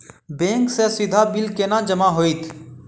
Bank सँ सीधा bill केना जमा होइत?